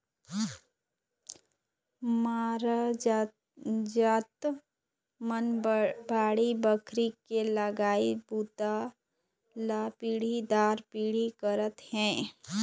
मरार जात मन बाड़ी बखरी के लगई बूता ल पीढ़ी दर पीढ़ी करत हे